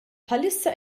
bħalissa